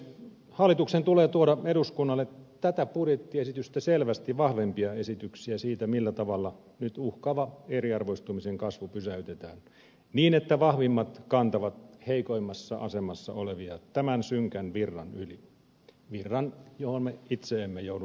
hallituksen tulee tuoda eduskunnalle tätä budjettiesitystä selvästi vahvempia esityksiä siitä millä tavalla nyt uhkaava eriarvoistumisen kasvu pysäytetään niin että vahvimmat kantavat heikoimmassa asemassa olevia tämän synkän virran yli virran johon me itse emme joudu jalkaamme laittamaan